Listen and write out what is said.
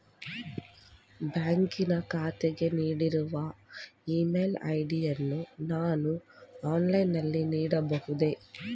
ಬ್ಯಾಂಕಿನ ಖಾತೆಗೆ ನೀಡಿರುವ ಇ ಮೇಲ್ ಐ.ಡಿ ಯನ್ನು ನಾನು ಆನ್ಲೈನ್ ನಲ್ಲಿ ನೀಡಬಹುದೇ?